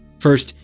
first,